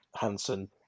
Hansen